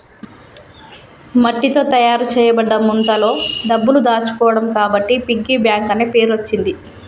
మట్టితో తయారు చేయబడ్డ ముంతలో డబ్బులు దాచుకోవడం కాబట్టి పిగ్గీ బ్యాంక్ అనే పేరచ్చింది